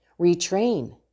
Retrain